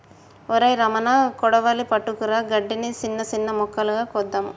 ఒరై రమణ కొడవలి పట్టుకురా గడ్డిని, సిన్న సిన్న మొక్కలు కోద్దాము